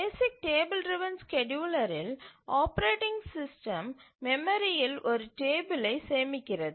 பேசிக் table driven ஸ்கேட்யூலரில் operating system மெமரியில் ஒரு டேபிளை சேமிக்கிறது